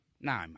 No